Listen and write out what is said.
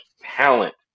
talent